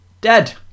Dead